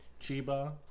Chiba